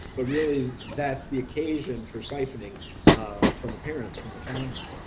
but really, that's the occasion for siphoning from the parents from the family.